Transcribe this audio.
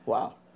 Wow